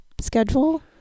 schedule